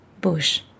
bush